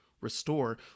restore